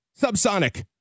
subsonic